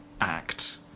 act